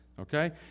Okay